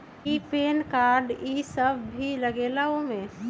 कि PAN card इ सब भी लगेगा वो में?